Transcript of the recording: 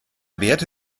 werte